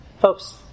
Folks